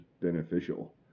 beneficial